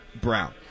Brown